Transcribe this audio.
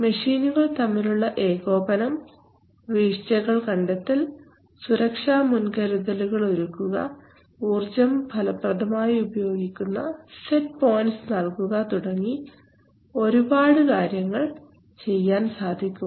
മെഷീനുകൾ തമ്മിലുള്ള ഏകോപനം വീഴ്ചകൾ കണ്ടെത്തൽ സുരക്ഷാ മുൻകരുതലുകൾ ഒരുക്കുക ഊർജ്ജം ഫലപ്രദമായി ഉപയോഗിക്കുന്ന സെറ്റ് പോയിന്റ്സ് നൽകുക തുടങ്ങി ഒരുപാട് കാര്യങ്ങൾ ചെയ്യാൻ സാധിക്കും